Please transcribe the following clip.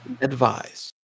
Advise